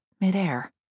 midair